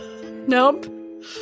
Nope